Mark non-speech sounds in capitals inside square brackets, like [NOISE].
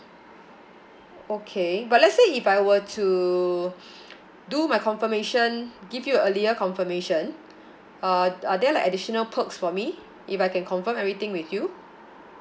okay but let's say if I were to [BREATH] do my confirmation give you a earlier confirmation uh are there like additional perks for me if I can confirm everything with you